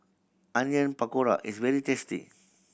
Onion Pakora is very tasty